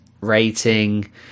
rating